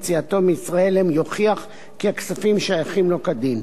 יציאתו מישראל אם יוכיח כי הכספים שייכים לו כדין.